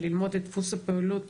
ללמוד את דפוס הפעולות